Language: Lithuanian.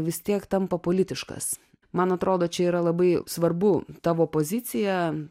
vis tiek tampa politiškas man atrodo čia yra labai svarbu tavo pozicija